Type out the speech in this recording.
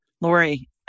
Lori